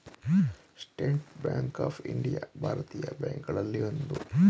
state Bank of India ಭಾರತೀಯ bank ಗಳಲ್ಲಿ ಒಂದು